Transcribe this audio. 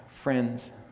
Friends